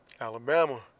Alabama